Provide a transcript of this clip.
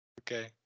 Okay